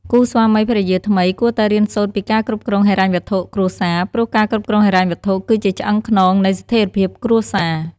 គូរស្វាមីភរិយាថ្មីគួតែរៀនសូត្រពីការគ្រប់គ្រងហិរញ្ញវត្ថុគ្រួសារ ព្រោះការគ្រប់គ្រងហិរញ្ញវត្ថុគឺជាឆ្អឹងខ្នងនៃស្ថេរភាពគ្រួសារ។